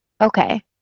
Okay